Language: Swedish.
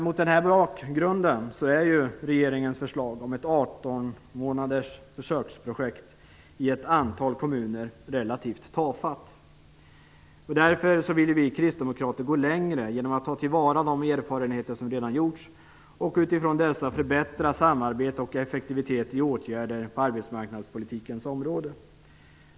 Mot den bakgrunden är regeringens förslag om ett 18 månaders försöksprojekt i ett antal kommuner relativt tafatt. Därför vill vi kristdemokrater gå längre genom att ta till vara de erfarenheter som redan gjorts och utifrån dessa förbättra samarbete och effektivitet i åtgärder på arbetsmarknadspolitikens område.